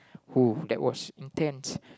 who that was intense